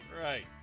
Right